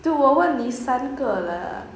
dude 我问你三个 lah